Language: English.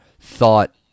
thought